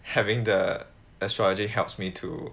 having the extra actually helps me to